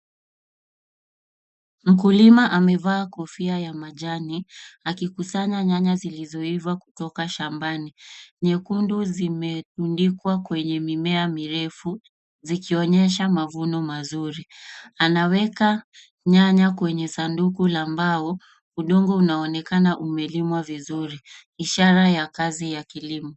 Mkulima amevaa kofia ya manjano akikusanya nyanya zilizoiva kutoka shambani. Nyekundu zimetundikwa kwenye mimea mirefu zikionyesha mavuno mazuri. Anaweka nyanya kwenye sanduku la mbao. Udongo unaonekana umelimwa vizuri ishara ya kazi ya kilimo.